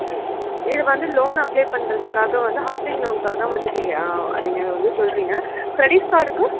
ம் இது வந்து லோன் அப்ளே பண்ணுறத்துக்காக வந்து ஹவுஸிங் லோனுக்காக தான் வந்து நீங்கள் ஆ வந்து சொல்றிங்க க்ரெடிட் கார்டுக்கு